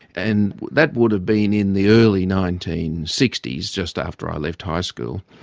and that would've been in the early nineteen sixty s, just after i left high school,